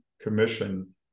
commission